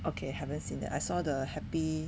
okay I haven't seen that I saw the happy